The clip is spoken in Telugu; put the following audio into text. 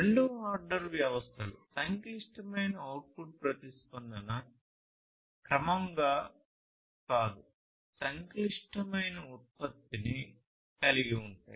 రెండవ ఆర్డర్ వ్యవస్థలు సంక్లిష్టమైన అవుట్పుట్ ప్రతిస్పందనను క్రమంగా కాదు సంక్లిష్టమైన ఉత్పత్తిని కలిగి ఉంటాయి